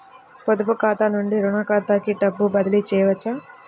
పొదుపు ఖాతా నుండీ, రుణ ఖాతాకి డబ్బు బదిలీ చేయవచ్చా?